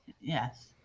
Yes